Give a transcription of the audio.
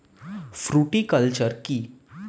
Fruticulture কী?